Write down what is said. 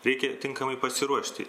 reikia tinkamai pasiruošti